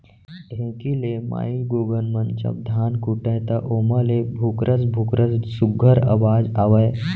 ढेंकी ले माईगोगन मन जब धान कूटय त ओमा ले भुकरस भुकरस सुग्घर अवाज आवय